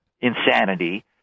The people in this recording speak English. insanity